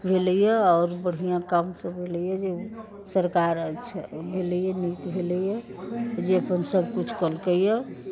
भेलैए आओर बढ़िआँ कामसभ होलैए जे सरकार भेलैए नीक भेलैए जे अपन सभकिछु केलकैए